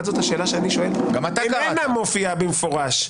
השאלה שאני שואל איננה מופיעה במפורש.